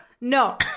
No